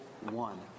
one